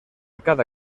cada